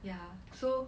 ya so